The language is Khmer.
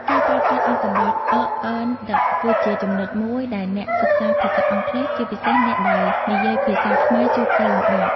ការប្រើប្រាស់អត្ថបទ a an the គឺជាចំណុចមួយដែលអ្នកសិក្សាភាសាអង់គ្លេស ជាពិសេសអ្នកដែលនិយាយភាសាខ្មែរជួបការលំបាក។